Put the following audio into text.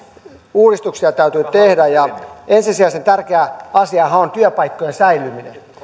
uudistuksia täytyy tehdä ja ensisijaisen tärkeä asiahan on työpaikkojen säilyminen